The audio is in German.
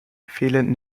fehlen